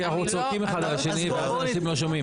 כי אנחנו צועקים אחד על השני ואנשים לא שומעים.